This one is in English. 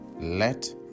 Let